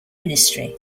ministry